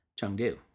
Chengdu